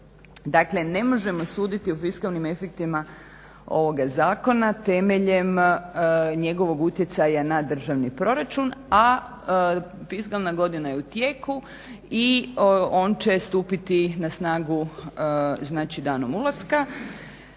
Dakle ne možemo suditi o fiskalnim efektima ovoga zakona temeljem njegovog utjecaja na državni proračun, a fiskalna godina je u tijeku i on će stupiti na snagu znači danom ulaska